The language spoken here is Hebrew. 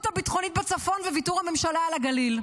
הביטחונית בצפון וויתור הממשלה על הגליל.